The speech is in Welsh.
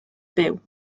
byw